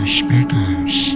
speakers